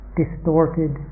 distorted